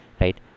right